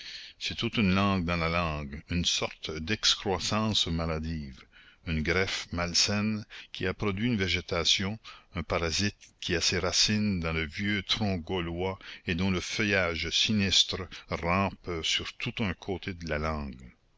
c'est toute une langue dans la langue une sorte d'excroissance maladive une greffe malsaine qui a produit une végétation un parasite qui a ses racines dans le vieux tronc gaulois et dont le feuillage sinistre rampe sur tout un côté de la langue